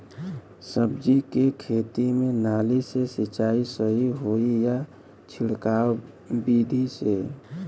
सब्जी के खेती में नाली से सिचाई सही होई या छिड़काव बिधि से?